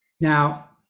Now